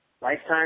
Lifetime